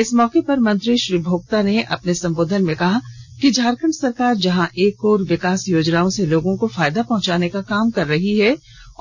इस मौके पर मंत्री श्री भोक्ता ने अपने संबोधन में कहा कि झारखंड सरकार जहां एक ओर विकास योजनाओं से लोगों को फायदा पहंचाने का काम कर रही है